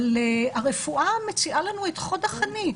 אבל הרפואה מציעה לנו את עוד החנית